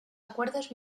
acuerdos